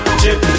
chip